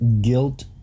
guilt